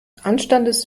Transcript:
anstandes